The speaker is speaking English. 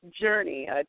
journey